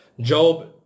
Job